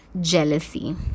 jealousy